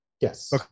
yes